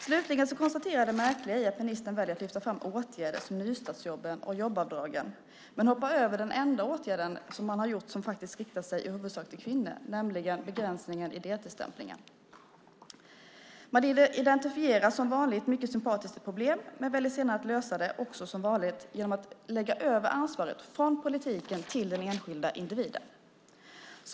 Slutligen konstaterar jag det märkliga i att ministern väljer att lyfta fram åtgärder som nystartsjobben och jobbavdragen men hoppar över den enda åtgärden som man har vidtagit som faktiskt riktar sig i huvudsak till kvinnor, nämligen begränsningen i deltidsstämplingen. Man identifierar som vanligt mycket sympatiskt ett problem men väljer sedan att lösa det också som vanligt genom att lägga över ansvaret från politiken till den enskilda individen.